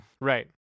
Right